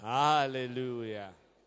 hallelujah